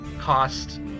cost